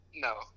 No